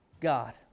God